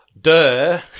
Duh